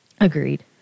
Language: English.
Agreed